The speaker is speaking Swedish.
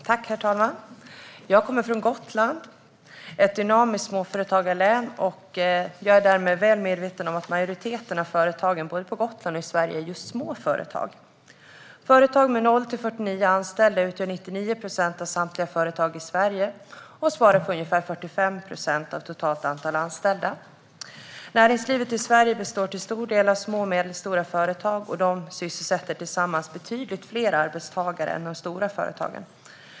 Herr talman! Jag kommer från Gotland, ett dynamiskt småföretagarlän. Jag är därmed väl medveten om att majoriteten av företagen, både på Gotland och i övriga Sverige, är just små företag. Företag med 0-49 anställda utgör 99 procent av samtliga företag i Sverige och svarar för ungefär 45 procent av totalt antal anställda. Näringslivet i Sverige består till stor del av små och medelstora företag, och de sysselsätter tillsammans betydligt fler arbetstagare än de stora företagen.